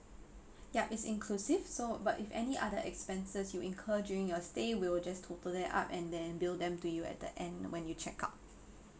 ya it's inclusive so but if any other expenses you incur during your stay we will just total it up and then bill them to you at the end when you check out